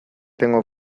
tengo